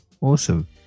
awesome